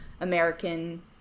american